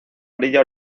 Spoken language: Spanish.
orilla